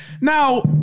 Now